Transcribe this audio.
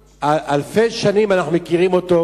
אלפי שנים אנחנו מכירים אותו,